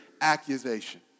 accusation